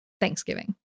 Thanksgiving